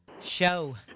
Show